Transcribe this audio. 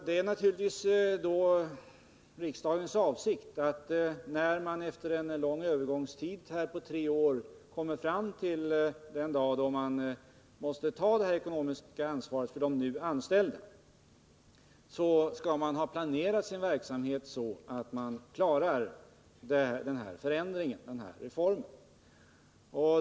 Det är naturligtvis riksdagens avsikt att man i organisationerna, när man där efter en så lång övergångstid som tre år kommer fram till den dag då man måste ta ett ekonomiskt ansvar för de nu anställda, skall ha planerat sin verksamhet så att man klarar den förändring som reformen innebär.